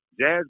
Jazz